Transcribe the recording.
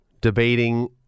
debating